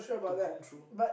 to comb through